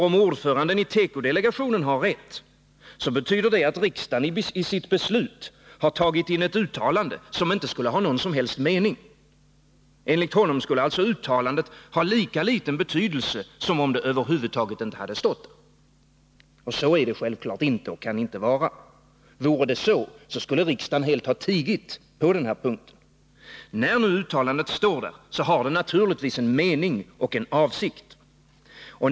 Om ordföranden i tekodelegationen har rätt, så betyder det att riksdagen i sitt beslut har tagit in ett uttalande, som inte skulle ha någon som helst mening. Enligt honom skulle alltså uttalandet ha lika liten betydelse som om det över huvud taget inte hade stått där. Så är det självfallet inte. Vore det så, skulle riksdagen helt ha tigit på den punkten. När nu uttalandet står där har det naturligtvis en mening och en avsikt.